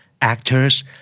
actors